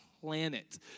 planet